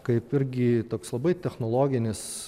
kaip irgi toks labai technologinis